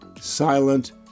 silent